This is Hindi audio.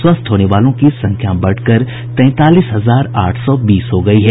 स्वस्थ होने वालों की संख्या बढ़कर तैंतालीस हजार आठ सौ बीस हो गयी है